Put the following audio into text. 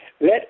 Let